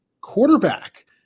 quarterback